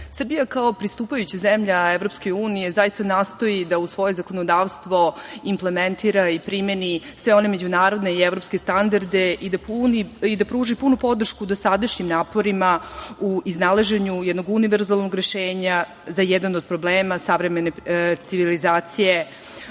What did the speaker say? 19.Srbija kao pristupajuća zemlja EU nastoji da u svoje zakonodavstvo implementira i primeni sve one međunarodne i evropske standarde i da pruži punu podršku dosadašnjim naporima u iznalaženju jednog univerzalnog rešenja, za jedan od problema savremene civilizacije